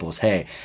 hey